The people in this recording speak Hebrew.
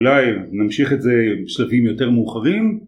אולי נמשיך את זה בשלבים יותר מאוחרים